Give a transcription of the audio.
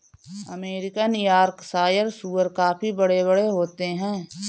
American Yorkshire सूअर काफी बड़े बड़े होते हैं